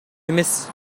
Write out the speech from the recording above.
эмес